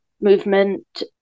movement